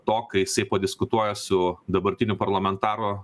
to kai jisai padiskutuoja su dabartiniu parlamentaru